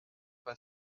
pas